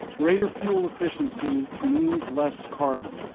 greater fuel efficiency means less carbon.